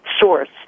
source